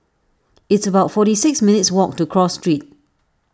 it's about forty six minutes' walk to Cross Street